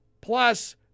Plus